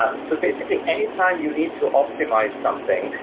ah so basically, anytime you need to optimize something,